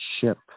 ship